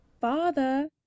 Father